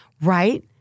right